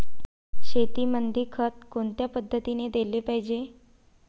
शेतीमंदी खत कोनच्या पद्धतीने देलं पाहिजे?